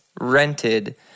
rented